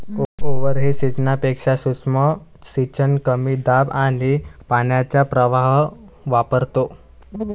overhead सिंचनापेक्षा सूक्ष्म सिंचन कमी दाब आणि पाण्याचा प्रवाह वापरतो